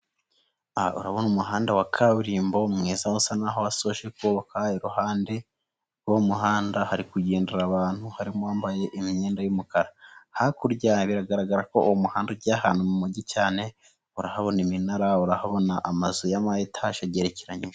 Urabona umuhanda wa kaburimbo mwiza, usa naho wasoje kubaka, iruhande rw'umuhanda hari kugendera abantu, harimo uwambaye imyenda y'umukara .Hakurya biragaragara ko uwo muhanda ujya ahantu mu mujyi cyane, urahabona iminara, urabona amazu ya matage agerekeranyije.